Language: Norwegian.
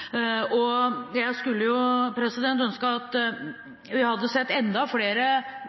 Jeg skulle ønske at vi hadde sett enda flere